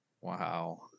Wow